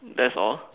that's all